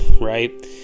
right